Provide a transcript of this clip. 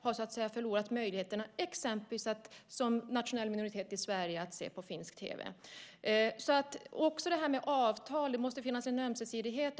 har förlorat möjligheten att exempelvis som nationell minoritet i Sverige se på finsk tv. När det gäller avtal måste det finnas en ömsesidighet.